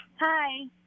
Hi